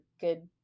good